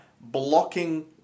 blocking